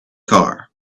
car